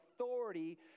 authority